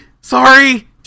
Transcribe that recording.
sorry